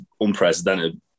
unprecedented